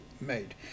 made